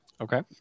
Okay